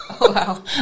Wow